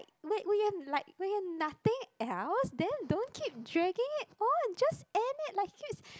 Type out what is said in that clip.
we we had like we had nothing else then don't keep dragging it on just end it like he keeps